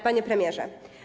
Panie Premierze!